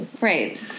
Right